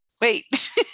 wait